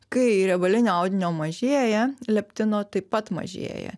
kai riebalinio audinio mažėja leptino taip pat mažėja